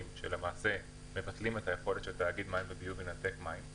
שמבטלים את היכולת של תאגיד לנתק מים.